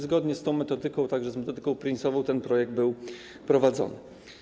Zgodnie z tą metodyką, także z metodyką Prince, ten projekt był prowadzony.